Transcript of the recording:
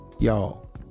Y'all